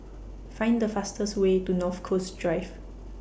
Find The fastest Way to North Coast Drive